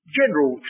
general